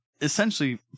essentially